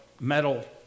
metal